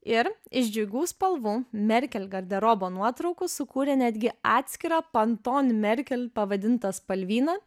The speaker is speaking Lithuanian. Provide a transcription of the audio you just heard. ir iš džiugių spalvų merkel garderobo nuotraukų sukūrė netgi atskirą panton merkel pavadintą spalvyną